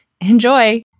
Enjoy